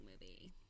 movie